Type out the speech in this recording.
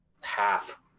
half